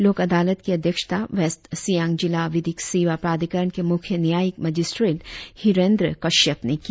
लोक अदालत की अध्यक्षता वेस्ट सियांग जिला विधिक सेवा प्राधिकरण के मुख्य न्यायिक मजिस्ट्रेट हिरेंद्र कश्यप ने की